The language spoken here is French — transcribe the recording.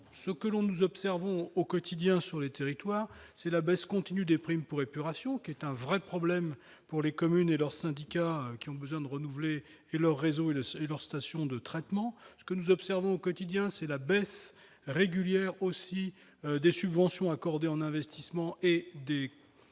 ce que nous observons au quotidien dans les territoires, c'est la baisse continue des primes pour épuration. Il s'agit d'un véritable problème pour les communes et leurs syndicats, qui ont besoin de renouveler leur réseau et leurs stations de traitement. Ce que nous observons aussi au quotidien, c'est la baisse régulière des subventions accordées en investissement et les